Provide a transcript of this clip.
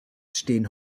stehen